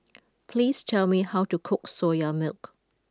please tell me how to cook Soya Milk